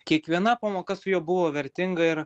kiekviena pamoka su juo buvo vertinga ir